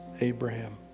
Abraham